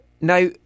Now